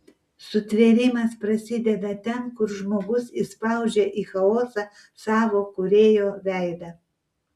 sutvėrimas prasideda ten kur žmogus įspaudžia į chaosą savo kūrėjo veidą